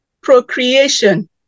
procreation